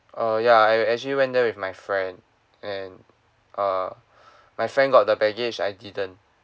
uh ya I actually went there with my friend and uh my friend got the baggage I didn't